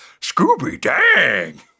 Scooby-Dang